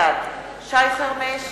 בעד שי חרמש,